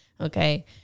Okay